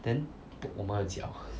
then poke 我们的脚